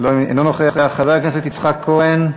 אינו נוכח, חבר הכנסת יצחק כהן,